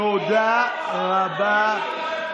תודה רבה.